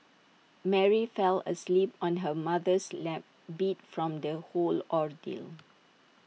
Mary fell asleep on her mother's lap beat from the whole ordeal